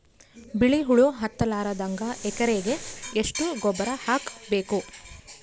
ಬಿಳಿ ಹುಳ ಹತ್ತಲಾರದಂಗ ಎಕರೆಗೆ ಎಷ್ಟು ಗೊಬ್ಬರ ಹಾಕ್ ಬೇಕು?